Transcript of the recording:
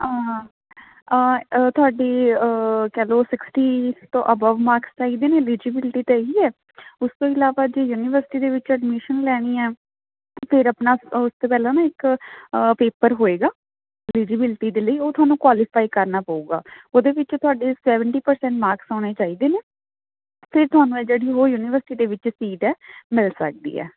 ਤੁਹਾਡੀ ਕਹਿ ਲਉ ਸਿਕਸਟੀ ਤੋਂ ਅਬਵ ਮਾਰਕਸ ਚਾਹੀਦੇ ਨੇ ਅਲੀਜੀਬਿਲਟੀ 'ਤੇ ਇਹੀ ਹੈ ਉਸ ਤੋਂ ਇਲਾਵਾ ਜੇ ਯੂਨੀਵਰਸਿਟੀ ਦੇ ਵਿੱਚ ਐਡਮਿਸ਼ਨ ਲੈਣੀ ਹੈ ਫਿਰ ਆਪਣਾ ਉਸ ਤੋਂ ਪਹਿਲਾਂ ਨਾ ਇੱਕ ਪੇਪਰ ਹੋਏਗਾ ਅਲੀਜੀਬਿਲਟੀ ਦੇ ਲਈ ਉਹ ਤੁਹਾਨੂੰ ਕੁਆਲੀਫਾਈ ਕਰਨਾ ਪਵੇਗਾ ਉਹਦੇ ਵਿੱਚ ਤੁਹਾਡੇ ਸੈਵਨਟੀ ਪ੍ਰਸੈਂਟ ਮਾਕਸ ਆਉਣੇ ਚਾਹੀਦੇ ਨੇ ਅਤੇ ਤੁਹਾਨੂੰ ਇਹ ਜਿਹੜੀ ਉਹ ਯੂਨੀਵਰਸਿਟੀ ਦੇ ਵਿੱਚ ਸੀਟ ਹੈ ਮਿਲ ਸਕਦੀ ਹੈ